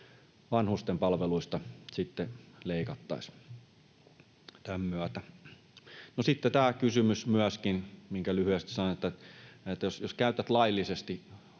vanhusten palveluista leikattaisiin tämän myötä? No, sitten tämä kysymys myöskin, minkä lyhyesti sanon, että jos käytät laillisesti